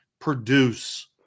Produce